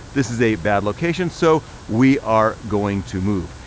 this is a bad location, so we are going to move.